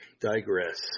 digress